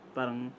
parang